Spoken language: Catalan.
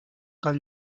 cal